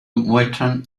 muestran